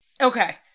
Okay